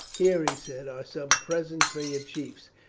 here, he said, are some presents for your chiefs,